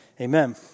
Amen